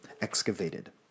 excavated